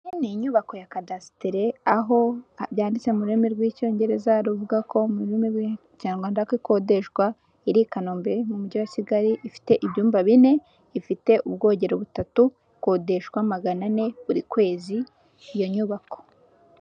Ni nyubako ya cadastri aho yanyanditseho mu rurimi rw'icyongereza ruvuga ko mu rurimi rw'ikinyarwanda ko ikodeshwa iri I Kanombe mu mujyi wa Kigali ifite ibyumba bine, ifite ubwogero butatu ikodeshwa ibihumbi magana ane buri kwezi iyo nyubako.